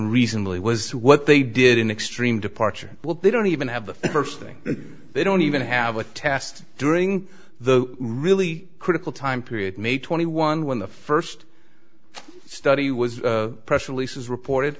recently was what they did in extreme departure what they don't even have the first thing they don't even have a test during the really critical time period may twenty one when the first study was pressure lisa's reported